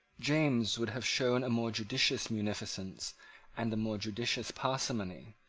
james would have shown a more judicious munificence and a more judicious parsimony,